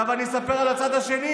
זה לא הוא.